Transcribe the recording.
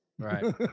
Right